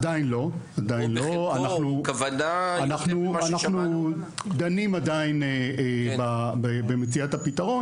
עדיין לא, אנחנו עדיין דנים במציאת הפתרון.